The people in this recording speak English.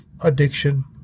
Addiction